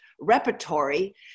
repertory